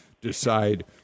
decide